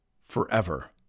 forever